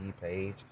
page